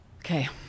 Okay